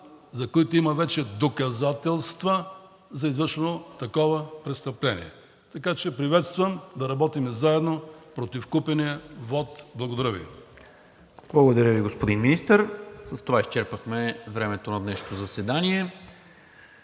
за които има вече доказателства за извършено такова престъпление. Така че приветствам да работим заедно против купения вот. Благодаря Ви. ПРЕДСЕДАТЕЛ НИКОЛА МИНЧЕВ: Благодаря Ви, господин Министър. С това изчерпахме времето на днешното заседание.